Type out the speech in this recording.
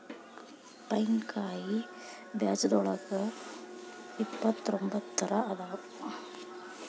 pine ಕಾಯಿ ಬೇಜದೋಳಗ ಇಪ್ಪತ್ರೊಂಬತ್ತ ತರಾ ಅದಾವ